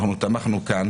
אנחנו תמכנו כאן